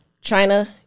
China